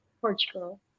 Portugal